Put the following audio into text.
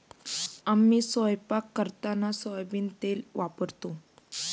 आम्ही स्वयंपाक करताना सोयाबीन तेल वापरतो